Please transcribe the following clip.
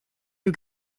you